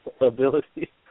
ability